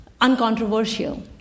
uncontroversial